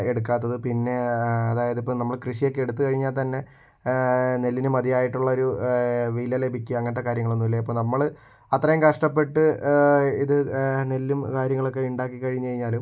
എടുക്കാത്തത് പിന്നെ അതായത് ഇപ്പം നമ്മള് കൃഷിയൊക്കെ എടുത്ത് കഴിഞ്ഞാൽ തന്നെ നെല്ലിന് മതിയായിട്ടുള്ളൊരു വില ലഭിക്കുക അങ്ങനത്തെ കാര്യങ്ങളൊന്നും ഇല്ല ഇപ്പം നമ്മള് അത്രയും കഷ്ട്ടപ്പെട്ട് ഇത് നെല്ലും കാര്യങ്ങളൊക്കെ ഉണ്ടാക്കി കഴിഞ്ഞ് കഴിഞ്ഞാലും